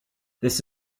this